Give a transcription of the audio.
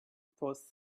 was